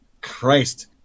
Christ